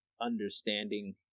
understanding